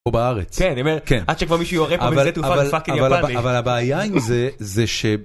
או בארץ. - כן, אני אומר, - כן. - עד שכבר מישהו יורד פה לשדה תעופה לפאקינג יפאני. - אבל הבעיה עם זה, זה ש...